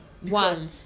one